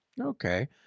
Okay